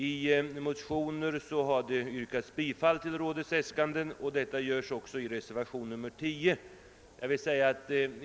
I motioner, liksom också i reservationen 10, har yrkats bifall till rådets äskanden.